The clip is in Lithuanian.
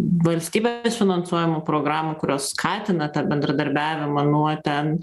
valstybės finansuojamų programų kurios skatina tą bendradarbiavimą nuo ten